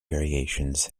variations